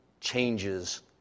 changes